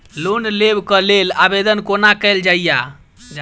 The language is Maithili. लोन लेबऽ कऽ लेल आवेदन कोना कैल जाइया?